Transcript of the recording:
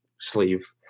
sleeve